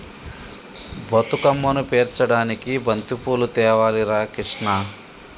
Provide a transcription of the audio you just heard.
బతుకమ్మను పేర్చడానికి బంతిపూలు తేవాలి రా కిష్ణ